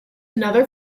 another